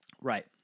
Right